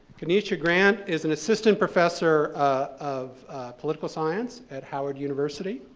keneshia grant is an assistant professor of political science at howard university.